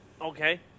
Okay